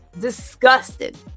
Disgusted